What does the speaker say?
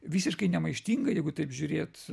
visiškai nemaištingą jeigu taip žiūrėt